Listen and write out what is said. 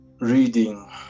reading